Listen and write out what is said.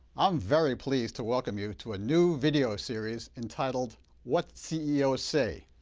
i'm very pleased to welcome you to a new video series entitled what ceos say,